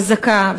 חזקה,